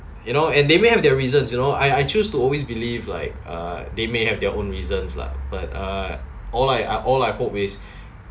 you know and they may have their reasons you know I I choose to always believe like uh they may have their own reasons lah but uh all I all I hope is